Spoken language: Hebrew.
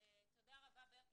תודה רבה ברקו.